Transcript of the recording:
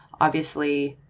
obviously,